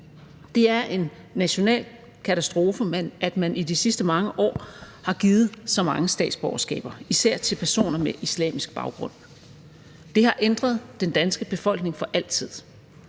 Det er en national katastrofe, at man i de sidste mange år har givet så mange statsborgerskaber, især til personer med islamisk baggrund. Det har ændret den danske befolkning for altid.